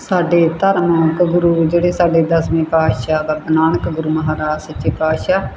ਸਾਡੇ ਧਾਰਮਿਕ ਗੁਰੂ ਜਿਹੜੇ ਸਾਡੇ ਦਸਵੇਂ ਪਾਤਸ਼ਾਹ ਬਾਬਾ ਨਾਨਕ ਗੁਰੂ ਮਹਾਰਾਜ ਸੱਚੇ ਪਾਤਸ਼ਾਹ